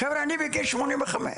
חברים, אני בגיל 85,